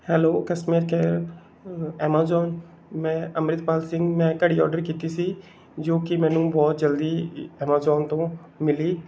hello customer care Amazon ਮੈਂ ਅੰਮ੍ਰਿਤਪਾਲ ਸਿੰਘ ਮੈਂ ਘੜੀ ਓਡਰ ਕੀਤੀ ਸੀ ਜੋ ਕਿ ਮੈਨੂੰ ਬਹੁਤ ਜਲਦੀ ਐਮਾਜੋਨ ਤੋਂ ਮਿਲੀ